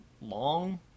long